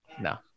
No